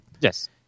Yes